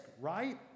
right